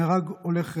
נהרג הולך רגל,